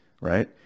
right